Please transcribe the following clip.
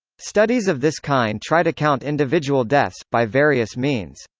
studies of this kind try to count individual deaths, by various means.